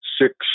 six